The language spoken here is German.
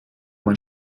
mein